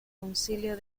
concilio